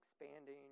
expanding